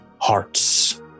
hearts